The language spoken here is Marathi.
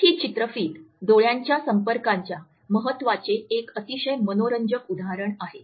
हि चित्रफित डोळ्यांच्या संपर्कांच्या महत्वाचे एक अतिशय मनोरंजक उदाहरण आहे